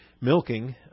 milking